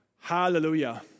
Hallelujah